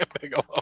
Bigelow